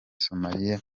somalia